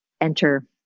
enter